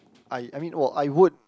I I mean [wah] I would